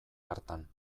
hartan